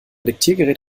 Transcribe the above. diktiergerät